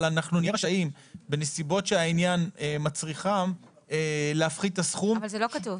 אבל אנחנו נהיה רשאים בנסיבות שהעניין מצריכם להפחית את הסכום.